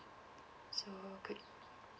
so could